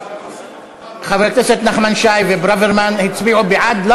חברי הכנסת נחמן שי וברוורמן הצביעו בעד,